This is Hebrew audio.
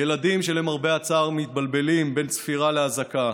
ילדים שלמרבה הצער מתבלבלים בין צפירה לאזעקה,